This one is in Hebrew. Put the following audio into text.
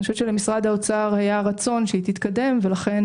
אני חושבת שלמשרד האוצר היה רצון שהיא תתקדם ולכן